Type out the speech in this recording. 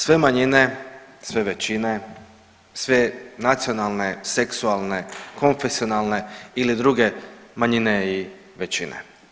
Sve manjine, sve većine, sve nacionalne, seksualne, konfesionalne ili druge manjine i većine.